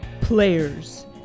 Players